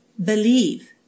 Believe